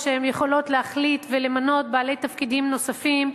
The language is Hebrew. שהן יכולות להחליט ולמנות בעלי תפקידים נוספים,